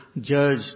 judge